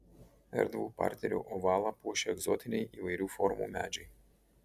erdvų parterio ovalą puošia egzotiniai įvairių formų medžiai